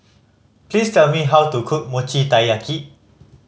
please tell me how to cook Mochi Taiyaki